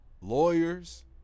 lawyers